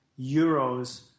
euros